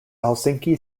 helsinki